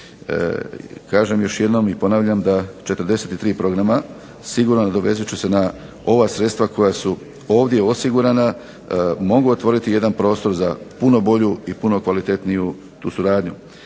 Kažem još jednom i ponavljam da u 43 programa sigurno, nadovezat ću se na ova sredstva koja su ovdje osigurana mogu otvoriti jedan prostor za puno bolju i puno kvalitetniju tu suradnju.